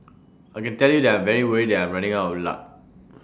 I can tell you that I'm very worried that I'm running out of luck